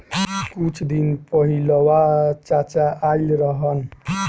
कुछ दिन पहिलवा चाचा आइल रहन